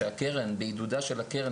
שיפתחו בעידודה של הקרן,